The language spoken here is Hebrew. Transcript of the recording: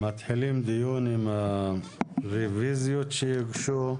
אנחנו מתחילים דיון עם הרוויזיות שהוגשו,